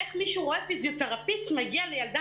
איך מישהו יכול לראות שפיזיותרפיסט מגיע לילדה